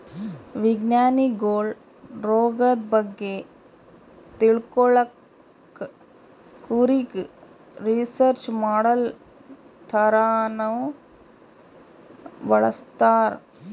ವಿಜ್ಞಾನಿಗೊಳ್ ರೋಗದ್ ಬಗ್ಗೆ ತಿಳ್ಕೊಳಕ್ಕ್ ಕುರಿಗ್ ರಿಸರ್ಚ್ ಮಾಡಲ್ ಥರಾನೂ ಬಳಸ್ತಾರ್